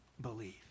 believe